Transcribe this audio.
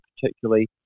particularly